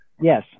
Yes